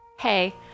Hey